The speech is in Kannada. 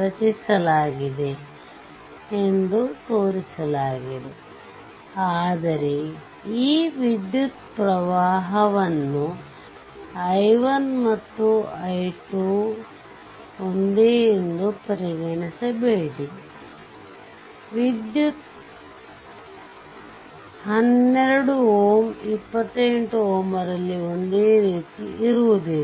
ರಚಿಸಲಾಗಿದೆ ಎಂದು ತೋರಿಸಲಾಗಿದೆ ಆದರೆ ಈವಿದ್ಯುತ್ ಪ್ರವಾಹವನ್ನುi1 ಮತ್ತು i2 ಒಂದೇ ಎಂದು ಪರಿಗಣಿಸಬೇಡಿ ವಿದ್ಯುತ್ 12 Ω 28 Ω ರಲ್ಲಿ ಒಂದೆ ರೀತಿ ಹರಿಯುತ್ತಿಲ್ಲ